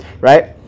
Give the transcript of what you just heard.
Right